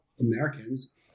Americans